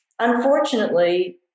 Unfortunately